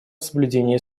соблюдении